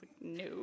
No